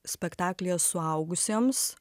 spektaklyje suaugusiems